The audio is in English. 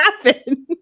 happen